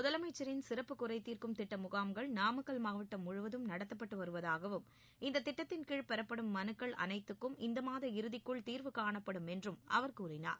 முதலமைச்சரின் சிறப்பு குறைதீர்க்கும் திட்ட முகாம்கள் நாமக்கல் மாவட்டம் முழுவதும் நடத்தப்பட்டு வருவதாகவும் இந்தத் திட்டத்தின் கீழ் பெறப்படும் மலுக்கள் அனைத்துக்கும் இந்த மாத இறுதிக்குள் தீர்வு காணப்படும் என்றும் அவர் கூறினார்